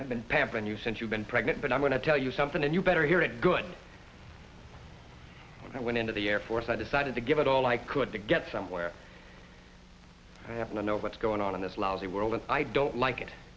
i've been pampering you since you've been pregnant but i'm going to tell you something and you better hear it good i went into the air force i decided to give it all i could to get somewhere i have no know what's going on in this lousy world and i don't like it